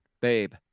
babe